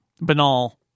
banal